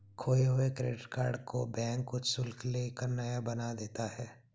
खोये हुए credit card को बैंक कुछ शुल्क ले कर नया बना देता है